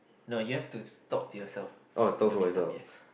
no you have to talk to yourself in the mean time yes